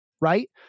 right